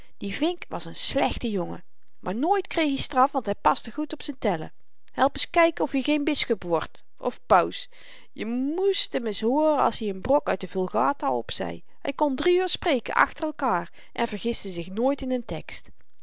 die vink was n slechte jongen maar nooit kreeg i straf want hy paste goed op z'n tellen help ns kyken of-i geen bisschop wordt of paus je moest hem ns hooren als i n brok uit de vulgata opzei hy kon drie uur spreken achter elkaar en vergiste zich nooit in n tekst